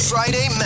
Friday